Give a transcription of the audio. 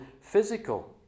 physical